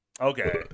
Okay